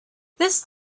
this